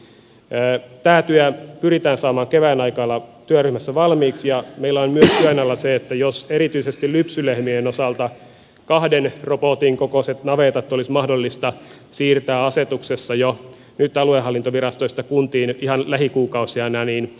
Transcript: tämä työ pyritään saamaan kevään aikana työryhmässä valmiiksi ja meillä on myös työn alla se että erityisesti lypsylehmien osalta kahden robotin kokoiset navetat olisi mahdollista siirtää asetuksessa aluehallintovirastoista kuntiin jo nyt ihan lähikuukausina